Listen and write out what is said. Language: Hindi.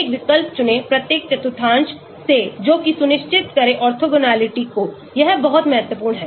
एक विकल्प चुनें प्रत्येक चतुर्थांश से जोकि सुनिश्चित करें ऑर्थोगोनलिटीकोयह बहुत महत्वपूर्ण है